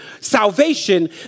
salvation